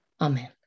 Amen